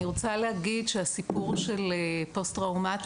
אני רוצה להגיד שהסיפור של פוסט-טראומטיים,